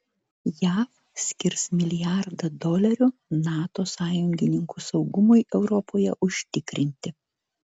jav skirs milijardą dolerių nato sąjungininkų saugumui europoje užtikrinti